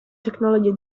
technology